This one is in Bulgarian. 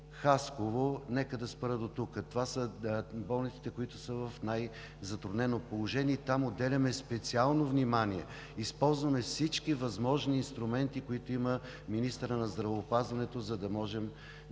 Хасково. Нека да спра дотук. Това са болниците, които са в най-затруднено положение – там отделяме специално внимание, използваме всички възможни инструменти, които има министърът на здравеопазването, за да можем да